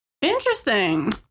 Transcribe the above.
Interesting